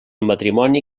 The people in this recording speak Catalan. matrimoni